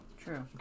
True